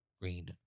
green